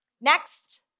Next